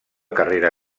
carrera